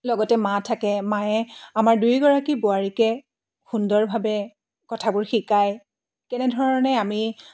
লগতে মা থাকে মায়ে আমাৰ দুইগৰাকী বোৱাৰীকে সুন্দৰভাৱে কথাবোৰ শিকায় কেনেধৰণে আমি